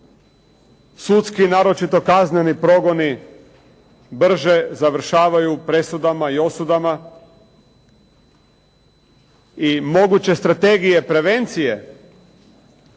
sudski naročito kazneni progoni brže završavaju presudama i osudama i moguće strategije prevencije